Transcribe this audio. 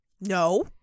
No